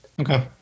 Okay